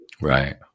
right